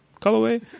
Colorway